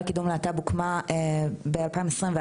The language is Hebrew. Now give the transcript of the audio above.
הוקמה ב- 2021,